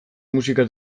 musika